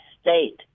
state